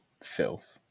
filth